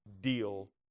deal